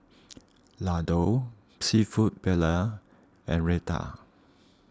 Ladoo Seafood Paella and Raita